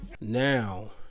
Now